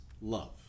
love